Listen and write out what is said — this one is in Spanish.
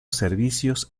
servicios